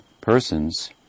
persons